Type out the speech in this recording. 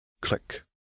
Click